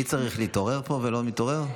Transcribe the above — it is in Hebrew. מי צריך להתעורר פה ולא מתעורר?